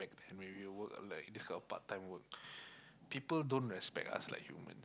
back then when we work like this kind of part time work people don't respect us like humans